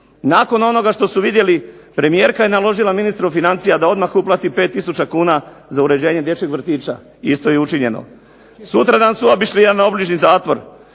nakon onoga što su vidjeli, premijerka je naložila ministru financija da odmah uplati 5 tisuća kuna za uređenje dječjeg vrtića i isto je učinjeno. Sutradan su obišli jedan obližnji zatvor.